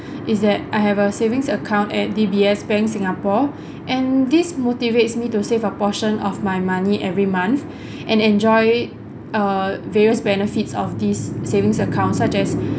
is that I have a savings account at D_B_S bank singapore and this motivates me to save a portion of my money every month and enjoy err various benefits of these savings account such as